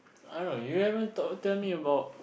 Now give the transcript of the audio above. I don't you haven't told tell me about